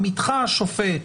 עמיתך השופט